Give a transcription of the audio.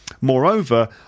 Moreover